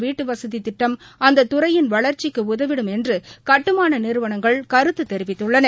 வீட்டுவசதிதிட்டம் அந்ததுறையின் வளர்ச்சிக்குஉதவிடும் அனைவருக்கும் என்றுகட்டுமானநிறுவனங்கள் கருத்துதெரிவித்துள்ளன